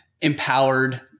empowered